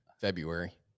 february